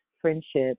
friendship